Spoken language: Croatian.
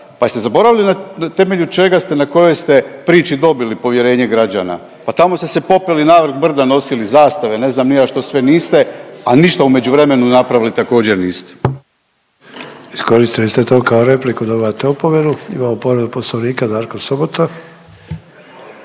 pa jeste zaboravili na temelju čega ste, na kojoj ste priči dobili povjerenje građana, pa tamo ste se popeli na vrh brda, nosili zastave, ne znam ni ja što sve niste, al ništa u međuvremenu napravili također niste. **Sanader, Ante (HDZ)** Iskoristili ste to kao repliku, dobivate opomenu. Imamo povredu Poslovnika, Darko Sobota.